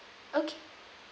okay